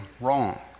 wrong